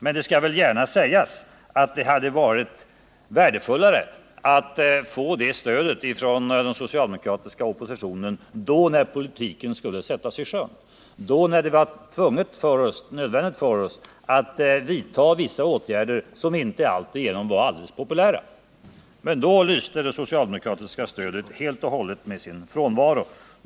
Men det skall sägas att det hade varit värdefullare att få det stödet från den socialdemokratiska oppositionen när politiken skulle sättas i sjön, när det var nödvändigt för oss att vidta vissa åtgärder som inte var alltigenom populära. Men då lyste det socialdemokratiska stödet helt och hållet med sin frånvaro.